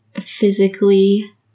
physically